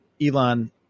Elon